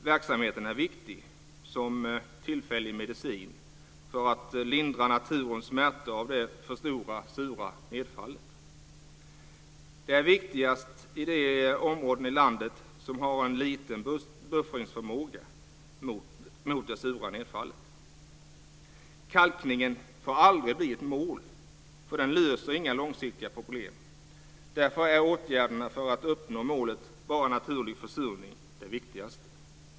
Verksamheten är viktig som tillfällig medicin för att lindra naturens smärtor av det för stora sura nedfallet. Det är viktigast i de områden i landet som har en liten buffringsförmåga mot det sura nedfallet. Kalkningen får aldrig bli ett mål, för den löser inga långsiktiga problem. Därför är åtgärderna för att uppnå målet om bara naturlig försurning det viktigaste.